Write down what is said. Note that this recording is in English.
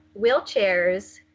wheelchairs